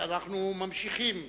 אנחנו ממשיכים.